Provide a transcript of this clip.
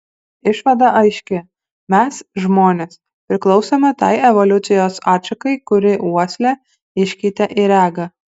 išvada aiški mes žmonės priklausome tai evoliucijos atšakai kuri uoslę iškeitė į regą